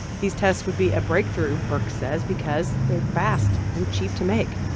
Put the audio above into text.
these tests would be a breakthrough, birx says, because they're fast and cheap to make,